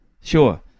sure